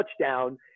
touchdown